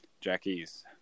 Jackie's